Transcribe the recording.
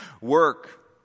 work